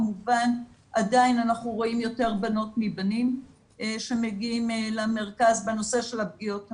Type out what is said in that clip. כמובן עדיין אנחנו רואים יותר בנות מבנים בנושא של הפגיעות המיניות.